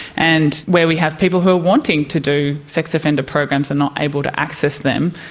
and where we have people who are wanting to do sex offender programs and not able to access them,